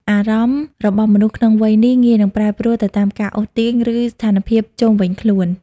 អារម្មណ៍របស់មនុស្សក្នុងវ័យនេះងាយនឹងប្រែប្រួលទៅតាមការអូសទាញ ឬស្ថានភាពជុំវិញខ្លួន។